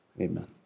Amen